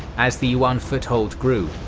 as the yuan foothold grew,